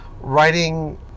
writing